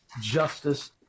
justice